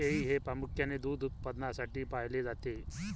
शेळी हे प्रामुख्याने दूध उत्पादनासाठी पाळले जाते